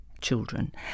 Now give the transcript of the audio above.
children